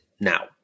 now